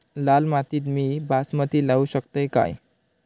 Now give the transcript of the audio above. लाल मातीत मी बासमती लावू शकतय काय?